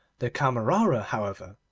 the camerera, however,